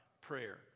prayer